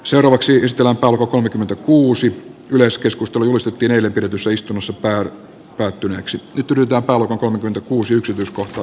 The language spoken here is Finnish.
seuraavaksi yhdistellä valkokolmekymmentäkuusi yleiskeskusteluistettiin eilen pidetyssä istunnossa karl karttuneeksi kylätalo vento kuusi yksityiskohta